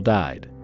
died